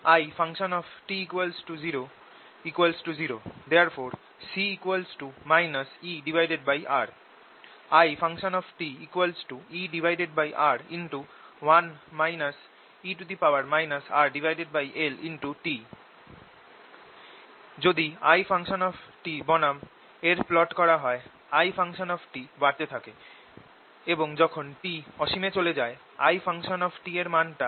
It00 ∴C ER ItER যদি It বনাম সময় এর প্লট করা হয় It বাড়তে থাকে এবং যখন t অসীমে চলে যায় It এর মানটা ER হয়ে যায়